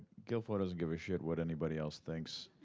gilfoyle doesn't give a shit what anybody else thinks